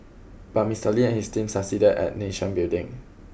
but Mister Lee and his team succeeded at nation building